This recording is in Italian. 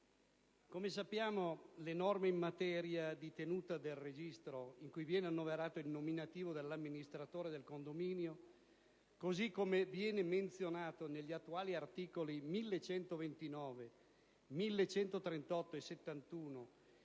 Come sappiamo, le norme in materia di tenuta del registro in cui viene annoverato il nominativo dell'amministratore del condominio, cosi come viene menzionato negli attuali articoli 1129 e 1138 del